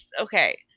Okay